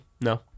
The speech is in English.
No